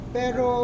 pero